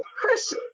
Chris